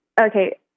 Okay